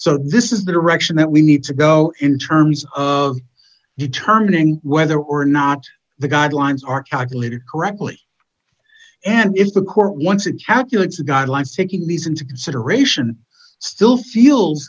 so this is the direction that we need to go in terms of determining whether or not the guidelines are calculated correctly and if the court once a chapel it's got like taking these into consideration still feel